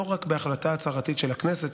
לא רק בהחלטה הצהרתית של הכנסת,